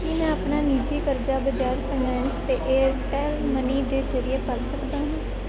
ਕੀ ਮੈਂ ਆਪਣਾ ਨਿੱਜੀ ਕਰਜ਼ਾ ਬਜਾਜ ਫਾਈਨੈਂਸ 'ਤੇ ਏਅਰਟੈੱਲ ਮਨੀ ਦੇ ਜ਼ਰੀਏ ਭਰ ਸਕਦਾ ਹਾਂ